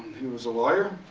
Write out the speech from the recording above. he was a lawyer.